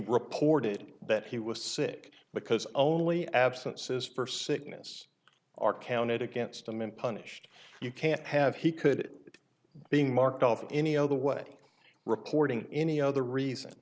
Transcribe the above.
reported that he was sick because only absences for sickness are counted against him and punished you can't have he could be marked off in any other way reporting any other reason